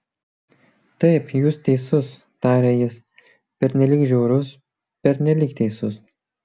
taip jūs teisus tarė jis pernelyg žiaurus pernelyg teisus